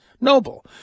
Noble